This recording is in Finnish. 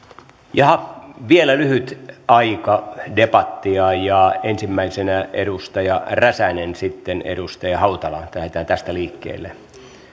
jaha vielä lyhyt aika debattia ja ensimmäisenä edustaja räsänen sitten edustaja hautala lähdetään tästä liikkeelle